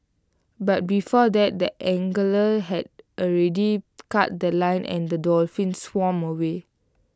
but before that the angler had already cut The Line and the dolphin swam away